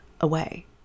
away